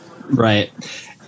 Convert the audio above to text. right